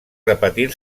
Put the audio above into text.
repetir